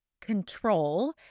control